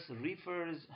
refers